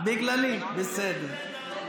בגללי, בסדר.